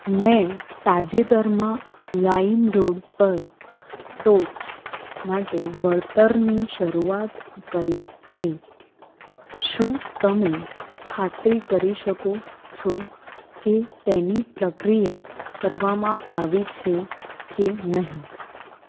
મેં તાજેતરમાં લાઈમરોડ પર ટોચ માટે વળતરની શરૂઆત કરી છે શું તમે ખાતરી કરી શકો છો કે તેની પ્રક્રિયા કરવામાં આવી છે કે નહીં